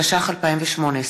התשע"ח 2018,